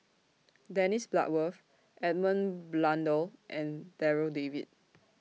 Dennis Bloodworth Edmund Blundell and Darryl David